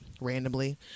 randomly